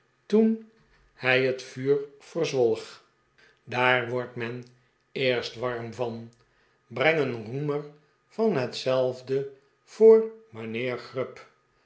toen hij het levende beelden vuur verzwolg rt daar wordt men eerst warm van breng een roemer van hetzelfde voor mijnheer grub